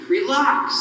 Relax